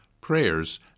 prayers